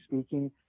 speaking